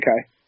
okay